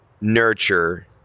nurture